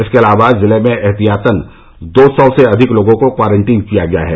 इसके अलावा जिले में एहतियातन दो सौ से अधिक लोगों को क्वारंटीन किया गया है